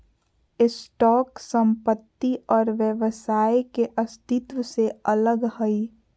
stock संपत्ति और व्यवसाय के अस्तित्व से अलग हइ